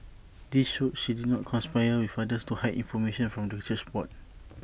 this showed she did not conspire with others to hide information from the church board